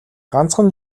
ганцхан